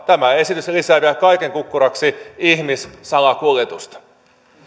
tämä esitys lisää vielä kaiken kukkuraksi ihmissalakuljetusta